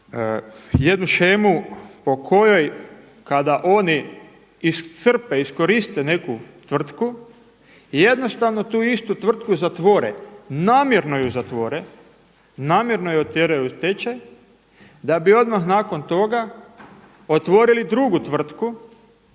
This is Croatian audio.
jednu shemu po kojoj kada oni iscrpe iskoriste neku tvrtku, jednostavno tu istu tvrtku zatvore, namjernu je zatvore, namjerno je otjeraju u stečaj, da bi odmah nakon toga otvorili drugi tvrtku,